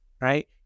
right